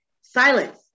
silence